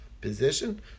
position